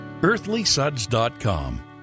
EarthlySuds.com